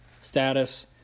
status